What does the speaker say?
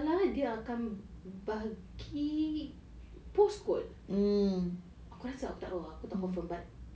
ah dia voucher tapi duit ni semua ah so kau tahu eh kau faham eh um tak salah